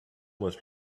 must